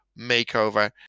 makeover